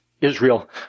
Israel